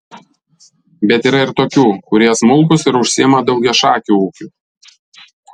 bet yra ir tokių kurie smulkūs ir užsiima daugiašakiu ūkiu